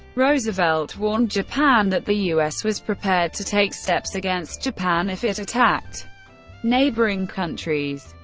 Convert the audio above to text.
roosevelt warned japan that the u s. was prepared to take steps against japan if it attacked neighboring countries.